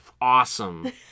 awesome